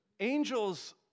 Angels